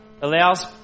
allows